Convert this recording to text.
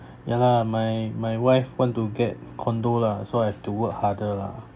ya lah my my wife want to get condo lah so I've to work harder lah